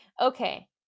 Okay